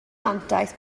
mantais